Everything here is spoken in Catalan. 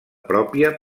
pròpia